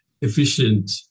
efficient